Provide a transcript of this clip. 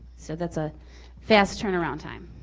so that's a fast turnaround time.